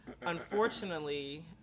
unfortunately